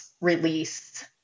release